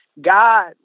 God